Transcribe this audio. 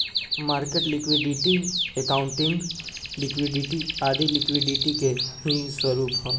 market liquidity, accounting liquidity आदी liquidity के ही स्वरूप है